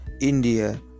India